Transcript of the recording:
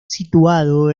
situado